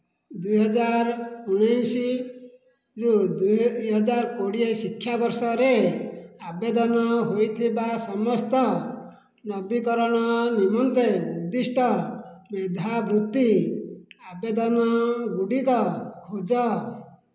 ଦୁଇ ହଜାର ଊଣେଇଶ ଦୁଇ ହଜାର କୋଡ଼ିଏ ଶିକ୍ଷାବର୍ଷରେ ଆବେଦନ ହୋଇଥିବା ସମସ୍ତ ନବୀକରଣ ନିମନ୍ତେ ଉଦ୍ଦିଷ୍ଟ ମେଧାବୃତ୍ତି ଆବେଦନ ଗୁଡ଼ିକ ଖୋଜ